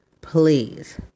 Please